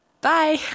Bye